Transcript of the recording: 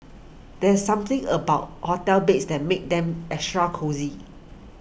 there's something about hotel beds that makes them extra cosy